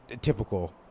typical